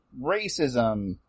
racism